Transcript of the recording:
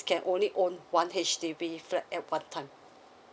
can only own one H_D_B flat at one time